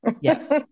yes